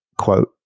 quote